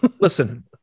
Listen